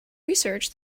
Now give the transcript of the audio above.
research